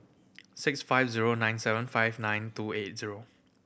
six five zero nine seven five nine two eight zero